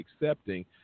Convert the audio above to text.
accepting